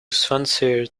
swansea